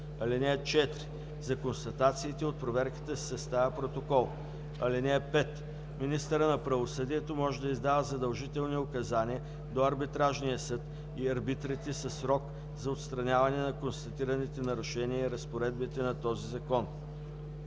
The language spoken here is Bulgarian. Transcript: (4) За констатациите от проверката се съставя протокол. (5) Министърът на правосъдието може да издава задължителни указания до арбитражния съд и арбитрите със срок за отстраняване на констатираните нарушения на разпоредбите на този закон.